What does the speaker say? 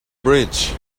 bridge